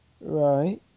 Right